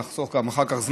נחסוך זמן אחר כך.